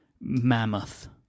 mammoth